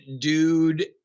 dude